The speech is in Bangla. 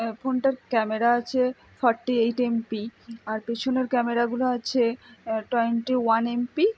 ফোনটার ক্যামেরা আছে ফরটি এইট এমপি আর পেছনের ক্যামেরাগুলো আছে টোয়েন্টি ওয়ান এমপি